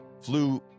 flew